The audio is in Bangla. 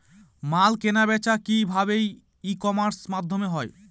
মাল কেনাবেচা কি ভাবে ই কমার্সের মাধ্যমে হয়?